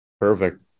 Perfect